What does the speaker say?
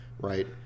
right